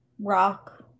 rock